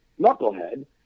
knucklehead